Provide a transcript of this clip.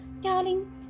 Darling